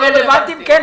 אנחנו רלבנטיים כן,